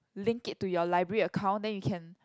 link it to your library account then you can